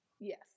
yes